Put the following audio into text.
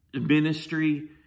ministry